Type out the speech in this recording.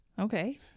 okay